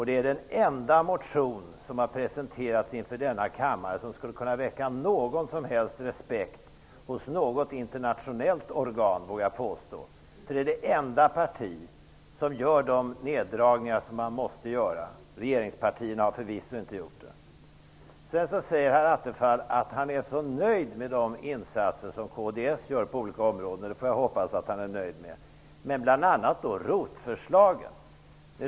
Det är den enda motion som har presenterats inför denna kammare som skulle kunna väcka någon som helst respekt hos något internationellt organ, vågar jag påstå. Vi är det enda parti som föreslår de neddragningar som man måste göra. Regeringspartierna har förvisso inte gjort det. Herr Attefall säger vidare att han är så nöjd med de insatser som kds gör på olika områden. Jag får hoppas att han verkligen är nöjd med dem. Det gäller bl.a. ROT-förslaget.